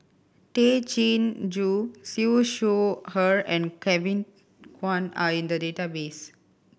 Tay Chin Joo Siew Shaw Her and Kevin Kwan are in the database